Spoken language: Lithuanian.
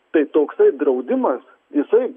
tai toksai draudimas jisai